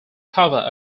cover